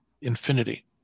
infinity